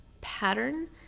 pattern